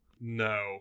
No